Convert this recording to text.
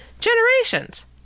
generations